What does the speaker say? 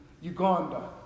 Uganda